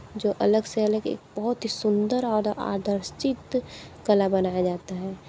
जो अलग से अलग एक बहुत ही सुंदर और आदर्शित कला बनाया जाता है